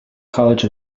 college